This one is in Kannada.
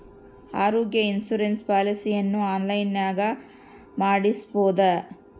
ಆರೋಗ್ಯ ಇನ್ಸುರೆನ್ಸ್ ಪಾಲಿಸಿಯನ್ನು ಆನ್ಲೈನಿನಾಗ ಮಾಡಿಸ್ಬೋದ?